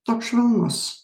toks švelnus